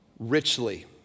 Richly